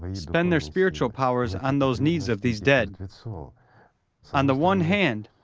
ah spend their spiritual powers on those needs of these dead. but so on the one hand,